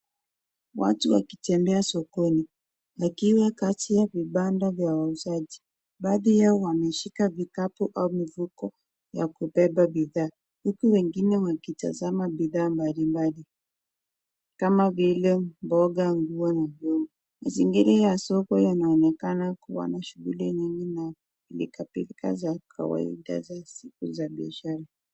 Watu wakitembea sokoni . Wakiwa kati ya vibanda vya wauzaji . Baadhi yao wameshika vikabu au mfuko ya kubeba bidhaa . Huku wengine wakitazama bidhaa mbalimbali kama vile mboga , nguo na vingi. Mazingira ya soko inaonekana kuwa na shughuli mingi na pilka pilka za kawaida za siku ya biashara.